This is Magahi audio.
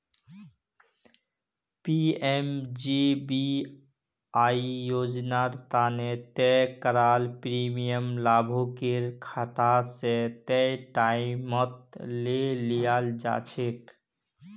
पी.एम.जे.बी.वाई योजना तने तय कराल प्रीमियम लाभुकेर खाता स तय टाइमत ले लियाल जाछेक